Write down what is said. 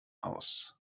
aus